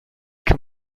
kann